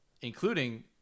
including